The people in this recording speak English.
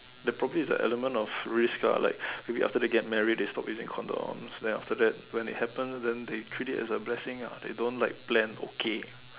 there probably is the element of risk lah like after they get married they stop using condoms then after that when it happen then they treat it as a blessing ya they don't like plan okay